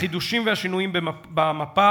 החידושים והשינויים במפה